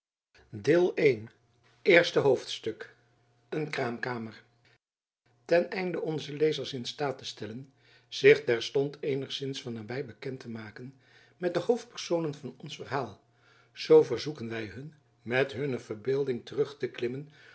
eerste hoofdstuk een kraamkamer ten einde onze lezers in staat te stellen zich terstond eenigzins van naby bekend te maken met de hoofdpersonen van ons verhaal zoo verzoeken wy hun met hunne verbeelding terug te klimmen